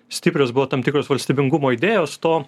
stiprios buvo tam tikros valstybingumo idėjos to